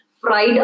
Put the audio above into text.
fried